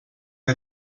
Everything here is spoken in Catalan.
que